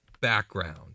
Background